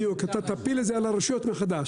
בדיוק, אתה תפיל את זה על הרשויות מחדש.